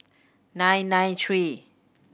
nine nine three